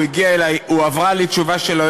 בתקווה.